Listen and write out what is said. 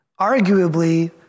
Arguably